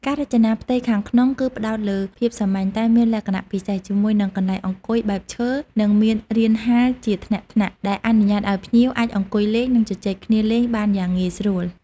ការរចនាផ្ទៃខាងក្នុងគឺផ្តោតលើភាពសាមញ្ញតែមានលក្ខណៈពិសេស ជាមួយនឹងកន្លែងអង្គុយបែបឈើ និងមានរានហាលជាថ្នាក់ៗ ដែលអនុញ្ញាតឱ្យភ្ញៀវអាចអង្គុយលេង និងជជែកគ្នាលេងបានយ៉ាងងាយស្រួល ។